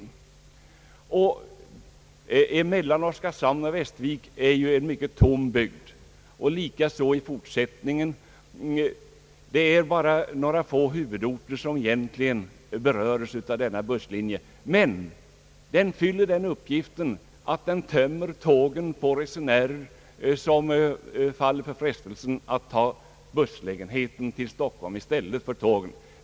Bygden mellan Oskarshamn och Västervik är mycket glest befolkad liksom bygden norr därom, Det är egentligen bara några få huvudorter som berörs av denna busslinje, men den fyller uppgiften att tömma tågen på resenärer som faller för frestelsen att ta bussen till Stockholm i stället för att ta tåget.